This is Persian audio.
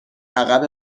عقب